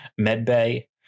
medbay